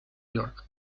york